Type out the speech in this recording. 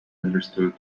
understood